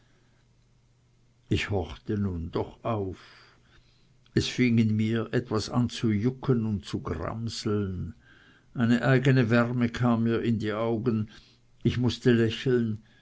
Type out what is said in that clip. ich horchte nun doch auf es fing in mir etwas an zu jucken und zu gramseln eine eigene wärme kam mir in die augen ich mußte lächeln